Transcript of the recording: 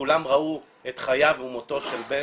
וכולם ראו את חייו ומותו של בן,